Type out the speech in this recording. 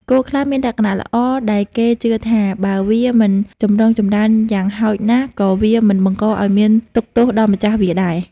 គោខ្លះមានលក្ខណៈល្អ ដែលគេជឿថា បើវាមិនចម្រុងចម្រើន យ៉ាងហោចណាស់ក៏វាមិនបង្កឱ្យមានទុក្ខទោសដល់ម្ចាស់វាដែរ។